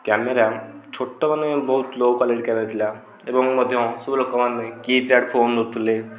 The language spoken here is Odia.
କ୍ୟାମେରା ଛୋଟମାନେ ବହୁତ ଲୋ କ୍ୱାଲିଟି କ୍ୟାମେରା ଥିଲା ଏବଂ ମଧ୍ୟ ସବୁ ଲୋକମାନେ କିପ୍ୟାଡ଼୍ ଫୋନ୍ ଧରୁଥିଲେ